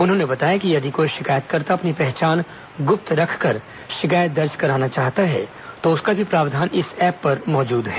उन्होंने बताया कि यदि कोई शिकायतकर्ता अपनी पहचान गुप्त रखकर शिकायत दर्ज कराना चाहता है तो उसका भी प्रावधान इस एप पर मौजूद है